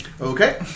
Okay